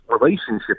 relationship